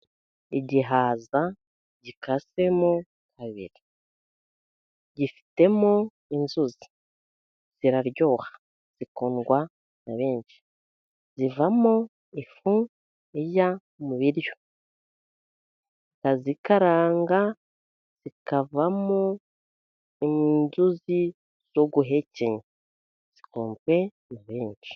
Igihaza gikasemo kabiri gifitemo inzuzi, ziraryoha zikundwa na benshi. Zivamo ifu ijya mu biryo barazikaranga zikavamo inzuzi zo guhekenya zikunzwe na benshi.